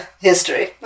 history